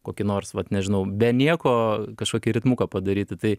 kokį nors vat nežinau be nieko kažkokį ritmuką padaryti tai